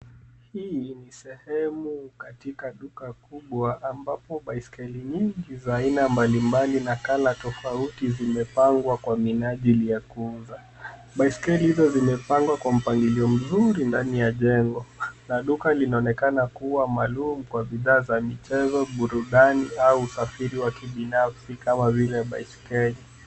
Hii ni sehemu katika duka kubwa, ambapo baiskeli nyingi za aina mbalimbali na colour tofauti zimepangwa kwa minajili ya kuuzwa. Baiskeli hizo zimepangwa kwa mpangilio mzuri ndani ya jengo. Na duka linaonekana kuwa maalum kwa bidhaa za michezo, burudani au usafiri wa kibinafsi kama vile baiskeli.